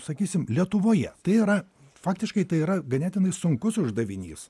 sakysim lietuvoje tai yra faktiškai tai yra ganėtinai sunkus uždavinys